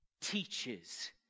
teaches